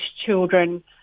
children